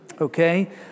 Okay